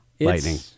Lightning